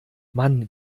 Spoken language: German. mann